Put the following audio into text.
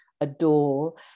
adore